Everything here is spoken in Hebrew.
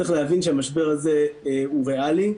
צריך להבין שהמשבר הזה הוא ריאלי.